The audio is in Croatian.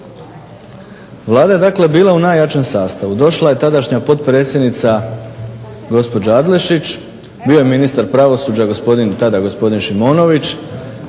Vlada je dakle bila u najjačem sastavu. Došla je tadašnja potpredsjednica gospođa Adlešić, bio je ministar pravosuđa gospodin, tada gospodin Šimonović,